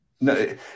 No